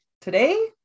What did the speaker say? Today